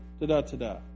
Da-da-da-da